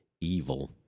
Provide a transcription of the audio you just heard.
evil